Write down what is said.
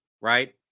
right